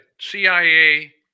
CIA